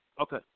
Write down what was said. Okay